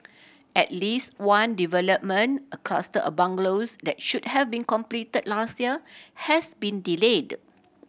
at least one development a cluster of bungalows that should have been completed last year has been delayed